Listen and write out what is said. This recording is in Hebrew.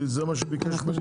כי זה ביקש ממני ביבס.